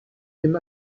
him